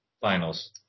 finals